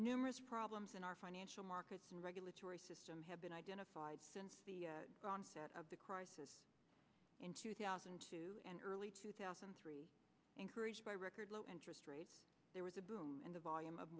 numerous problems in our financial markets and regulatory system have been identified since the onset of the crisis in thousand and two and early two thousand and three encouraged by record low interest rates there was a boom in the volume of